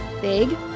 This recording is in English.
big